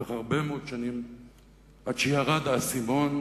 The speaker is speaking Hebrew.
לקח הרבה מאוד שנים עד שירד האסימון.